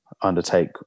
undertake